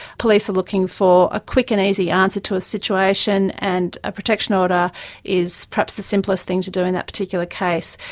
police are looking for a quick and easy answer to a situation, and a protection order is perhaps the simplest thing to do in that particular case.